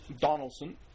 Donaldson